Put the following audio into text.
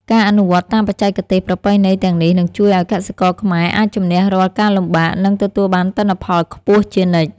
ការអនុវត្តតាមបច្ចេកទេសប្រពៃណីទាំងនេះនឹងជួយឱ្យកសិករខ្មែរអាចជម្នះរាល់ការលំបាក និងទទួលបានទិន្នផលខ្ពស់ជានិច្ច។